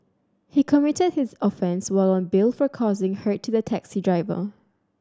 he committed his offence while on bail for causing hurt to the taxi driver